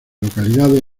localidades